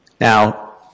Now